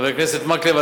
חבר הכנסת מקלב,